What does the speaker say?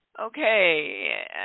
Okay